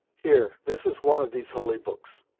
here, this is one of these holy books,